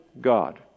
God